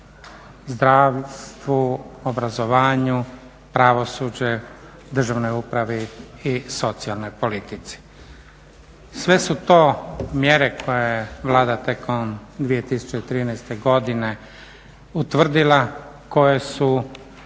zdravstvu, obrazovanju, pravosuđe, državnoj upravi i socijalnoj politici. Sve su to mjere koje Vlada tijekom 2013. godine utvrdila koje su